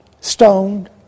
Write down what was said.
stoned